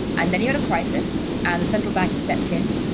and then you had a crisis and the central bank stepped in,